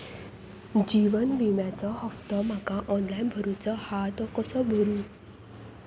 जीवन विम्याचो हफ्तो माका ऑनलाइन भरूचो हा तो कसो भरू?